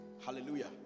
Hallelujah